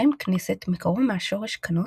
השם "כנסת" מקורו מהשורש כנ"ס,